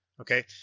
Okay